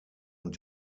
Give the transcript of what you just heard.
und